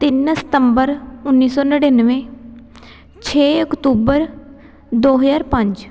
ਤਿੰਨ ਸਤੰਬਰ ਉੱਨੀ ਸੌ ਨੜਿਨਵੇਂ ਛੇ ਅਕਤੂਬਰ ਦੋ ਹਜ਼ਾਰ ਪੰਜ